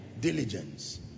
Diligence